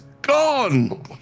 gone